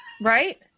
right